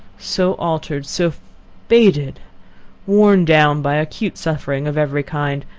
so altered so faded worn down by acute suffering of every kind!